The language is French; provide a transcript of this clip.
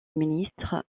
ministre